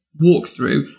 walkthrough